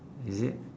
is it